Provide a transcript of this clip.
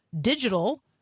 digital